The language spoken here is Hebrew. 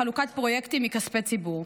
לחלוקת פרויקטים מכספי ציבור.